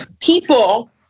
people